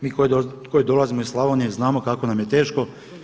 Mi koji dolazimo iz Slavonije znamo kako nam je teško.